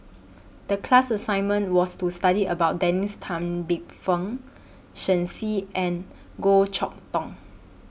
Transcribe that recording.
The class assignment was to study about Dennis Tan Lip Fong Shen Xi and Goh Chok Tong